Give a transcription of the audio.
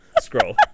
Scroll